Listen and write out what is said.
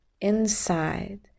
inside